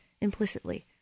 implicitly